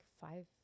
five